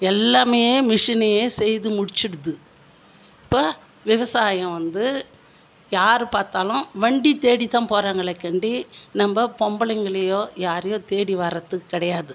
எல்லாமே மிஷினே செய்து முடிச்சிடுது இப்போ விவசாயம் வந்து யாரு பார்த்தாலும் வண்டி தேடி தான் போகிறாங்களே காண்டி நம்ம பொம்பளைங்களையோ யாரையோ தேடி வரது கிடையாது